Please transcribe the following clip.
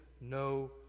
no